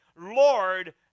Lord